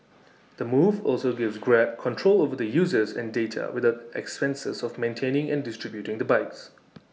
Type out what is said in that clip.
the move also gives grab control over the users and data with the expenses of maintaining and distributing the bikes